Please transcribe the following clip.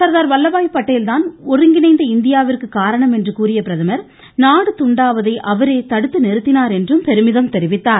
சர்தார் வல்லபாய் பட்டேல்தான் ஒருங்கிணைந்த இந்தியாவிற்கு காரணம் என்று கூறிய பிரதமர் நாடு துண்டாவதை அவரே தடுத்து நிறுத்தினார் என்றும் பெருமிதம் தெரிவித்தார்